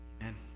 Amen